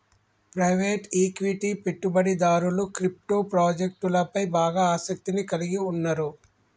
private equity పెట్టుబడిదారులు crypto ప్రాజెక్టులపై బాగా ఆసక్తిని కలిగి ఉన్నరు